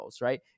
right